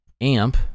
AMP